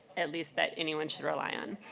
at least that anyone should rely on